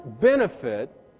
benefit